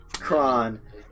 Kron